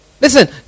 Listen